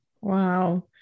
wow